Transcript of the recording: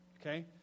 okay